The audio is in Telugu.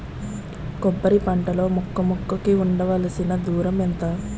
కొబ్బరి పంట లో మొక్క మొక్క కి ఉండవలసిన దూరం ఎంత